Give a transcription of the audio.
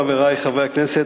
חברי חברי הכנסת,